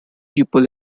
people